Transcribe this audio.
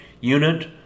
unit